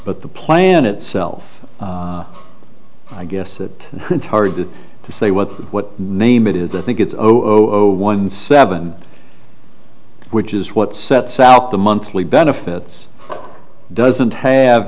but the plan itself i guess it is hard to say with what name it is i think it's only one seven which is what sets out the monthly benefits doesn't have